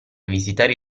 visitare